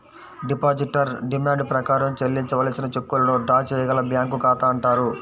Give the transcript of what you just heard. depositor demand ప్రకారం చెల్లించవలసిన చెక్కులను డ్రా చేయగల బ్యాంకు ఖాతా అంటారు